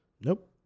Nope